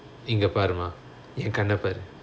இங்க பாருமா என் கண்ண பாரு:inga paarumaa yaen kanna paaru